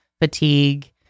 fatigue